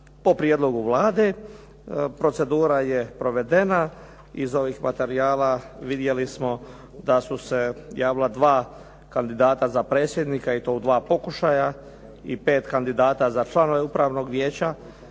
po prijedlogu Vlade. Procedura je provedena. Iz ovih materijala vidjeli smo da su se javila dva kandidata za predsjednika i to u dva pokušaja i pet kandidata za članove Upravnog vijeća.